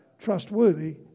trustworthy